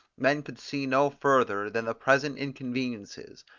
men could see no further than the present inconveniences,